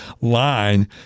line